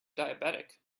diabetic